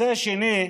הנושא השני,